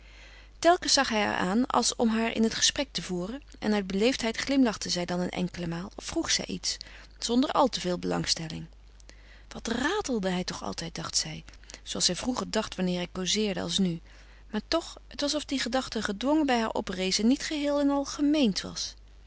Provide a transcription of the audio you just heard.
telkens zag hij haar aan als om haar in het gesprek te voeren en uit beleefdheid glimlachte zij dan een enkele maal of vroeg zij iets zonder al te veel belangstelling wat ratelde hij toch altijd dacht zij zooals zij vroeger dacht wanneer hij causeerde als nu maar toch het was of die gedachte gedwongen bij haar oprees en niet geheel en al gemeend was